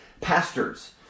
pastors